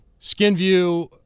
SkinView